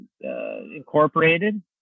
Incorporated